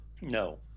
No